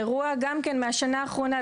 אירוע גם כן מהשנה האחרונה,